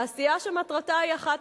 תעשייה שמטרתה היא אחת,